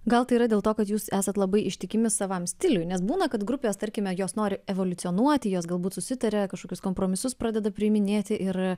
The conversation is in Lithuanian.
gal tai yra dėl to kad jūs esat labai ištikimi savam stiliui nes būna kad grupės tarkime jos nori evoliucionuoti jos galbūt susitaria kažkokius kompromisus pradeda priiminėti ir